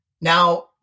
Now